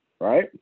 right